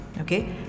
okay